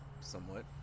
Somewhat